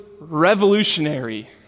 revolutionary